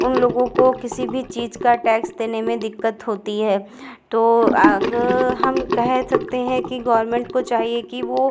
उन लोगों को किसी भी चीज़ का टैक्स देने में दिक्कत होती है तो अब हम कह सकते हैं कि गोरमेंट को चाहिए कि वह